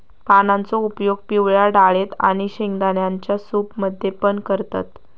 पानांचो उपयोग पिवळ्या डाळेत आणि शेंगदाण्यांच्या सूप मध्ये पण करतत